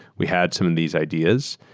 we had some of these ideas.